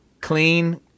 clean